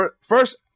first